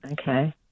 okay